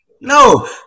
No